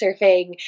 surfing